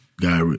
guy